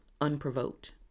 unprovoked